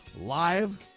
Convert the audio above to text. live